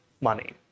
money